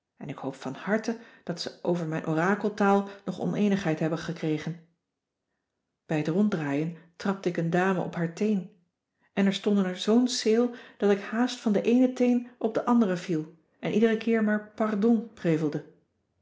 en ik hoop van harte dat ze over mijn orakeltaal nog oneenigheid hebben gekregen bij t ronddraaien trapte ik een dame op haar teen en er stonden zoo'n ceel dat ik haast van den eenen teen op den anderen viel en iederen keer maar pardon prevelde